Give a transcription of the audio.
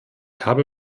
habe